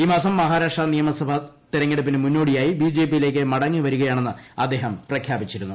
ഈ മാസം മഹാരാഷ്ട്ര നിയമസഭാ തെരഞ്ഞെടുപ്പിന് മുന്നോടിയായി ബിജെപിയിലേക്ക് മടങ്ങി വരുകയാണെന്ന് അദ്ദേഹം പ്രഖ്യാപിച്ചിരുന്നു